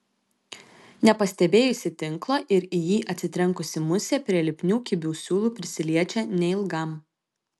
nepastebėjusi tinklo ir į jį atsitrenkusi musė prie lipnių kibių siūlų prisiliečia neilgam